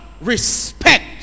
respect